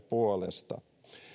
puolesta